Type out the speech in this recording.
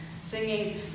singing